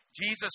Jesus